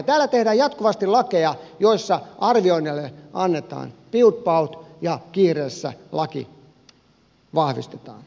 täällä tehdään jatkuvasti lakeja joissa arvioinneille annetaan piut paut ja laki vahvistetaan kiireessä